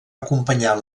acompanyar